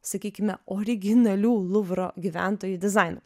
sakykime originalių luvro gyventojų dizainu